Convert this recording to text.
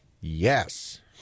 Yes